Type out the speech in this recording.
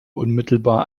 unmittelbar